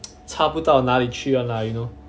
差不到哪里去 one lah you know